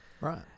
Right